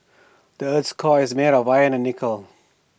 the Earth's core is made of iron and nickel